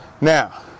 Now